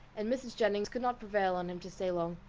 and mrs. jennings could not prevail on him to stay long.